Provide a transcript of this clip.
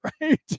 right